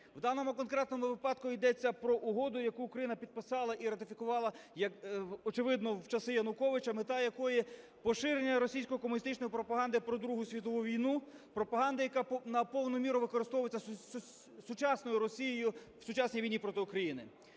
В даному конкретному випадку йдеться про угоду, яку Україна підписала і ратифікувала, очевидно, в часи Януковича, мета якої поширення російської комуністичної пропаганди про Другу світову війну, пропаганди, яка на повну міру використовується сучасною Росією в сучасній війні проти України.